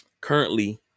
currently